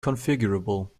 configurable